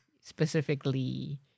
specifically